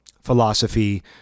philosophy